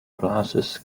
glasses